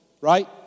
right